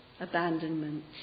abandonment